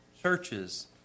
churches